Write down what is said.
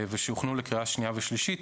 ושהוכנו לקריאה שנייה ושלישית,